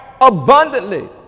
abundantly